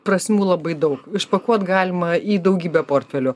prasmių labai daug išpakuot galima į daugybę portfelių